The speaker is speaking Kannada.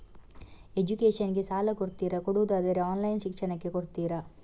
ಎಜುಕೇಶನ್ ಗೆ ಸಾಲ ಕೊಡ್ತೀರಾ, ಕೊಡುವುದಾದರೆ ಆನ್ಲೈನ್ ಶಿಕ್ಷಣಕ್ಕೆ ಕೊಡ್ತೀರಾ?